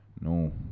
no